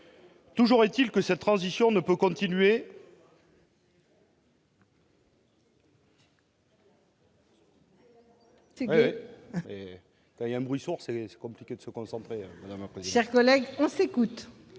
Toujours est-il que cette transition ne peut continuer